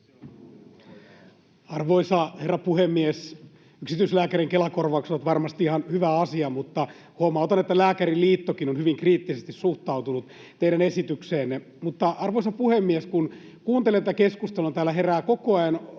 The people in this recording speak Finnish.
Arvoisa herra puhemies! Yksityislääkärin Kela-korvaukset ovat varmasti ihan hyvä asia, mutta huomautan, että Lääkäriliittokin on hyvin kriittisesti suhtautunut teidän esitykseenne. Arvoisa puhemies! Kun kuuntelen tätä keskustelua, niin täällä herää koko ajan